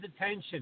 attention